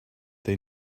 they